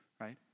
right